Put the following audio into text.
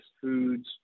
foods